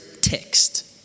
text